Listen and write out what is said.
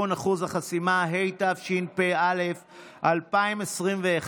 התשפ"א 2021,